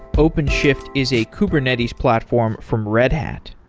ah openshift is a kubernetes platform from red hat.